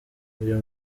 iyo